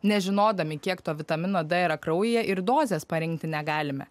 nežinodami kiek to vitamino d yra kraujyje ir dozes parinkti negalime